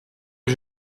que